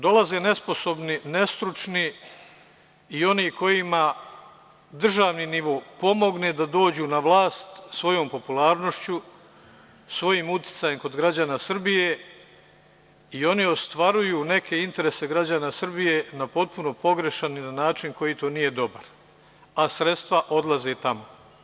Dolaze nesposobni, nestručni i oni kojima državni nivo pomogne da dođu na vlast svojom popularnošću, svojim uticajem kod građana Srbije i oni ostvaruju neke interese građana Srbije na potpuno pogrešan i na način koji tu nije dobar, a sredstva odlaze i tamo.